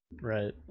Right